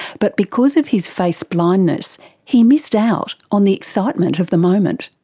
but because of his face blindness he missed out on the excitement of the moment.